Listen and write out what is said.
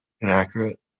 inaccurate